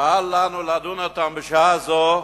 ואל לנו לדון אותם בשעה זו,